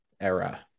Era